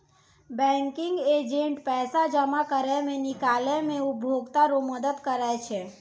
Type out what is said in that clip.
banking agent पैसा जमा करै मे, निकालै मे उपभोकता रो मदद करै छै